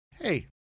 hey